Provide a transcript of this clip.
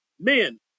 men